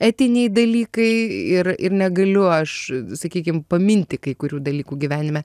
etiniai dalykai ir ir negaliu aš sakykim paminti kai kurių dalykų gyvenime